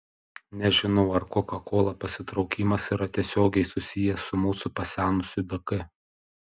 nežinau ar koka kola pasitraukimas yra tiesiogiai susijęs su mūsų pasenusiu dk